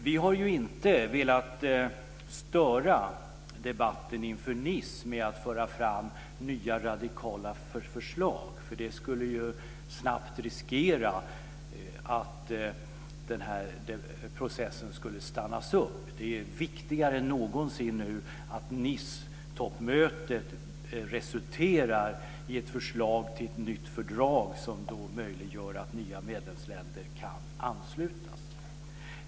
Vi har inte velat störa debatten inför Nice med att föra fram nya, radikala förslag. Det skulle snabbt riskera att processen skulle stannas upp. Det är nu viktigare än någonsin att Nicetoppmötet resulterar i ett förslag till ett nytt fördrag som möjliggör att nya medlemsländer kan anslutas.